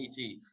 ET